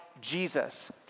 Jesus